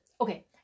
okay